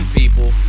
people